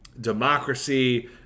democracy